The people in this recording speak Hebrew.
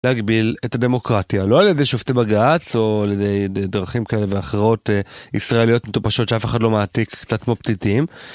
להגביל את הדמוקרטיה, לא על איזה שופטי בג"ץ או על איזה דרכים כאלה ואחרות ישראליות מטופשות שאף אחד לא מעתיק, קצת כמו פתיתים.